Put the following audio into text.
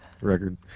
record